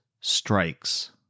Strikes